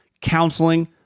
counseling